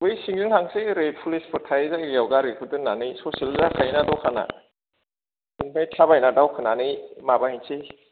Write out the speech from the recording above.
बै सिंजों थांसै ओरै पुलिसफोर थायै जायगायाव गारिखौ दोननानै ससेल' जाखायोना दखाना आमफाय थाबायना दावखोनानै माबाहैसै